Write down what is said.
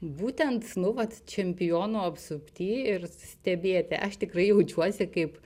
būtent nu vat čempionų apsupty ir stebėti aš tikrai jaučiuosi kaip